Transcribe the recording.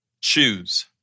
choose